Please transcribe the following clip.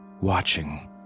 watching